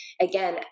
again